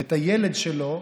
את הילד שלו,